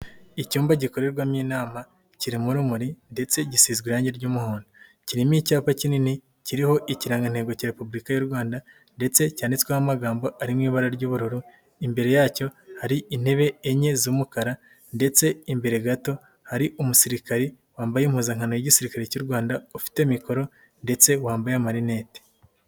Icyumba gikorerwamo inama, kirimo urumuri ndetse gisize irangi ry'umuhondo. Kirimo icyapa kinini kiriho ikirangantego cya Repubuka y'u Rwanda ndetse cyanditsweho amagambo ari mu ibara ry'ubururu. Imbere yacyo hari intebe enye z'umukara ndetse imbere gato hari umusirikare wambaye impuzankano y'igisirikare cy'u Rwanda, ufite mikoro ndetse wambaye amarinete.